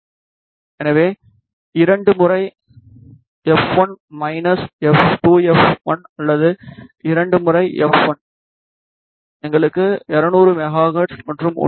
எனவே இரண்டு முறை எஃப் 1 மைனஸ் எஃப் 2 அல்லது இரண்டு முறை எஃப் 1 எங்களுக்கு 200 மெகா ஹெர்ட்ஸ் மற்றும் 1